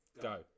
Go